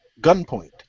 Gunpoint